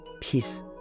peace